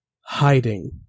hiding